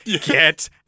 get